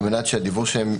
כדי שהדיוור שלהם,